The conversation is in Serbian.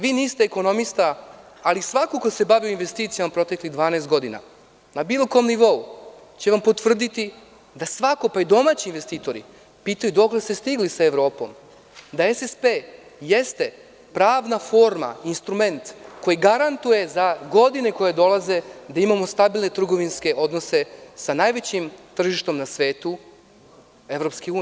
Vi niste ekonomista, ali svako ko se bavi investicijom u proteklih 12 godina, na bilo kom nivou, potvrdiće vam, svako, pa i domaći investitoru, pitaju dokle ste stigli sa Evropom, da SSP jeste pravna forma, instrument koji garantuje za godine koje dolaze, da imamo stabilne trgovinske odnose sa najvećim tržištem na svetu EU.